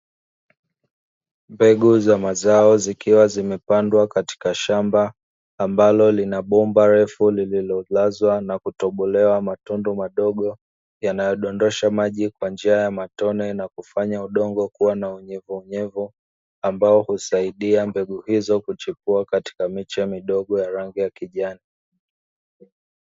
Mbegu za mazao zikiwa zimepandwa katika shamba, ambalo lina bomba refu lililolazwa na kutobolewa matundu madogo yanayodondosha maji kwa njia ya matone na kufanya udongo kuwa na unyevuunyevu, ambao husaidia mbegu hizo kuchipua katika miche midogo ya rangi ya kijani.